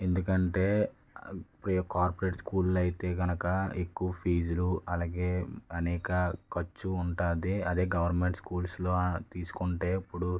ఎందుకంటే ఈ corporate school అయితే కనుక ఎక్కువ ఫీజులు అలాగే అనేక ఖర్చు ఉంటుంది అదే గవర్నమెంట్ స్కూల్స్లో తీసుకుంటే ఇప్పుడు